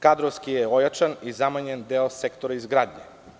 Kadrovski je ojačan i zamenjen deo sektora izgradnje.